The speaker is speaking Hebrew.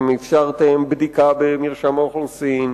החוק מאפשר בדיקה במרשם האוכלוסין,